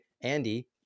Andy